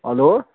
hello